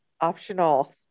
Optional